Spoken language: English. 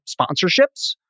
sponsorships